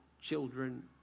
children